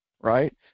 right